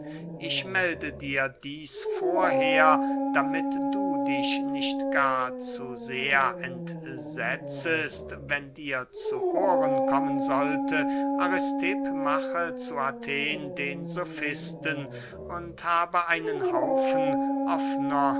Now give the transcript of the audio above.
ich melde dir dieß vorher damit du dich nicht gar zu sehr entsetzest wenn dir zu ohren kommen sollte aristipp mache zu athen den sofisten und habe einen haufen